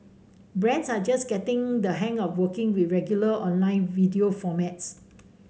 brands are just getting the hang of working with regular online video formats